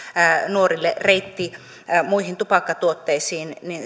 nuorille reitti muihin tupakkatuotteisiin